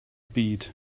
byd